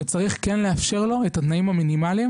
וצריך כן לאפשר לו את התנאים המינימליים